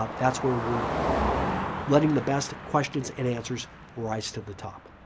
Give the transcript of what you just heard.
ah that's where we're letting the best questions and answers rise to the top.